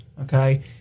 okay